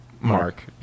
Mark